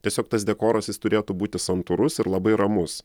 tiesiog tas dekoras jis turėtų būti santūrus ir labai ramus